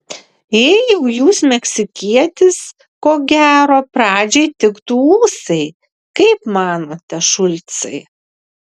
jei jau jūs meksikietis ko gero pradžiai tiktų ūsai kaip manote šulcai